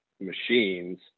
machines